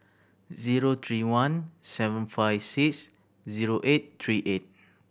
zero three one seven five six zero eight three eight